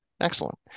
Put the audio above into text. Excellent